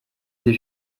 des